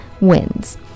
wins